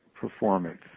performance